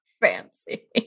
fancy